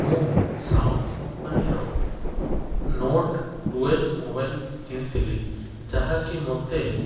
ମୁଁ ସାଓମି କମ୍ପାନୀର note twelve mobile କିଣିଥିଲି ଯାହାକି ମୋତେ